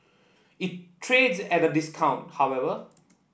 it trades at a discount however